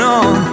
on